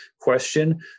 question